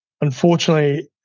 unfortunately